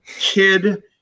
kid